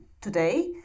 today